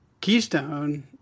keystone